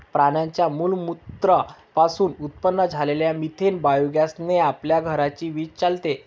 प्राण्यांच्या मलमूत्रा पासून उत्पन्न झालेल्या मिथेन बायोगॅस ने आपल्या घराची वीज चालते